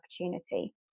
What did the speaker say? opportunity